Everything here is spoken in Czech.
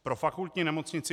Pro Fakultní nemocnici